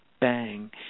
bang